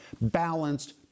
balanced